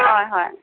হয় হয়